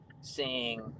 seeing